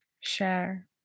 share